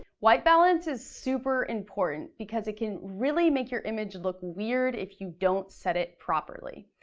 white balance is super important because it can really make your image look weird if you don't set it properly.